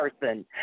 person